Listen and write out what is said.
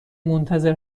منتظر